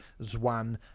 Zwan